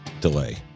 delay